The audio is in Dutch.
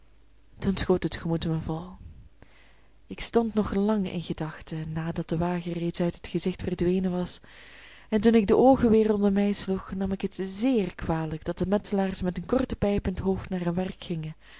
kinderen toen schoot het gemoed mij vol ik stond nog lang in gedachten nadat de wagen reeds uit het gezicht verdwenen was en toen ik de oogen weer rondom mij sloeg nam ik het zeer kwalijk dat de metselaars met een korte pijp in t hoofd naar hun werk gingen